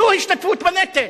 זו השתתפות בנטל.